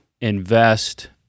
invest